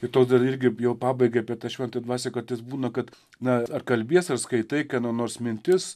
ji to dar irgi jau pabaigai apie tą šventą dvasią kartais būna kad na ar kalbiesi ar skaitai kieno nors mintis